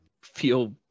Feel